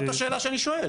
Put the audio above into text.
זאת השאלה שאני שואל.